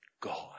God